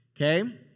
okay